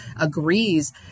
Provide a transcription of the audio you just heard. agrees